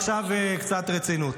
עכשיו קצת רצינות,